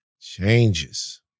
changes